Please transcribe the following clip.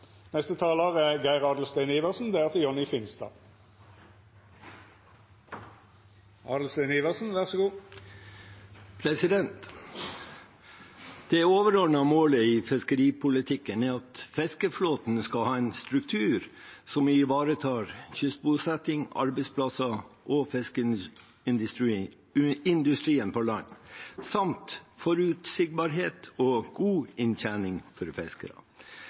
Det overordnede målet i fiskeripolitikken er at fiskeflåten skal ha en struktur som ivaretar kystbosetting, arbeidsplasser og fiskeindustrien på land, samt forutsigbarhet og god inntjening for